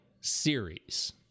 series